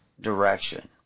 direction